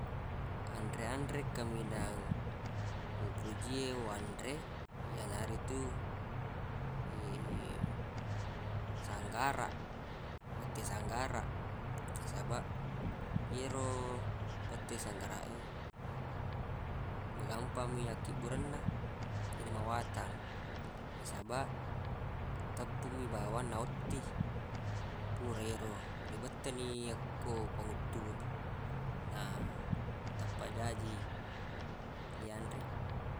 Anre-anre kaminang upojie wanre yanaritu sanggaraq bette sanggaraq nasabaq yero bette sanggaraq e magampammi akkiburenna deq namawatang nasabaq teppung mi bawang na otti pura ero ribette ni yakko panguttu e na tappa jaji le yanre.